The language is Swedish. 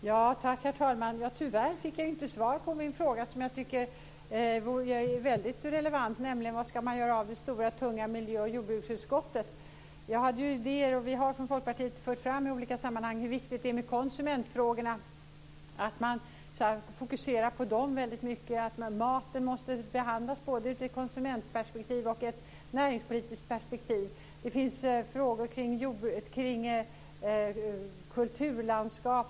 Herr talman! Tyvärr fick jag inte svar på min fråga som jag tycker är väldigt relevant, nämligen vad man ska göra av det stora tunga miljö och jordbruksutskottet. Jag hade ju idéer, och vi i Folkpartiet har i olika sammanhang fört fram hur viktigt det är med konsumentfrågorna - att man fokuserar väldigt mycket på dem och att maten måste behandlas både i ett konsumentperspektiv och i ett näringspolitiskt perspektiv. Vidare finns det frågor kring detta med kulturlandskap.